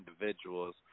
individuals